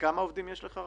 כמה עובדים יש לך?